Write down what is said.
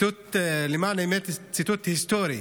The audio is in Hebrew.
ולמען האמת ציטוט היסטורי.